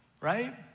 Right